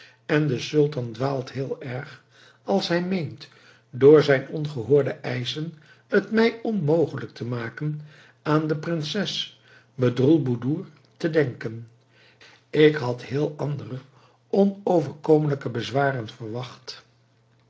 en de sultan dwaalt heel erg als hij meent door zijn ongehoorde eischen t mij onmogelijk te maken aan de prinses bedroelboedoer te denken ik had heel andere onoverkomelijke bezwaren verwacht